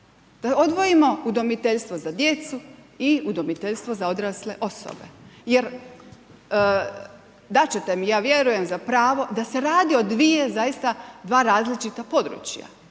Da odvojimo udomiteljstvo za djecu i udomiteljstvo za odrasle osobe. Jer dat ćete mi ja vjerujem za pravo da se radi o dvije zaista, dva različita područja.